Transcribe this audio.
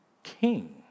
king